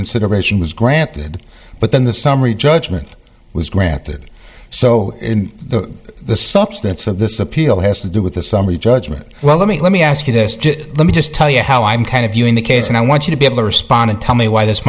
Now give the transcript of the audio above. reconsideration was granted but then the summary judgment was granted so the the substance of this appeal has to do with the summary judgment well let me let me ask you this let me just tell you how i'm kind of viewing the case and i want you to be able to respond and tell me why this